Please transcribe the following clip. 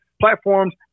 platforms